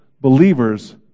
believers